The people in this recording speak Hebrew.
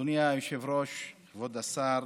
אדוני היושב-ראש, כבוד השר,